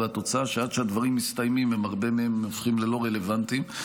והתוצאה היא שעד שהדברים מסתיימים הרבה מהם הופכים ללא רלוונטיים.